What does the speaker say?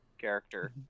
character